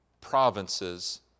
provinces